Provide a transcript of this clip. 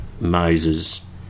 Moses